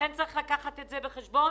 צריך לקחת בחשבון